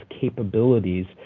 capabilities